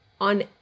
on